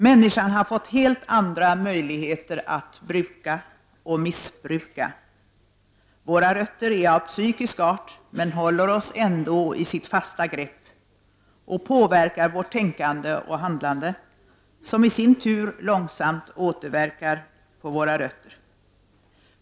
Människan har fått helt andra möjligheter att bruka och missbruka. Våra rötter är av psykisk art men håller oss ändå i sitt fasta grepp och påverkar vårt tänkande och handlande, som i sin tur långsamt återverkar på våra rötter.